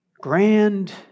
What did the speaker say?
grand